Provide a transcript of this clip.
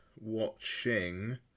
watching